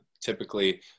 typically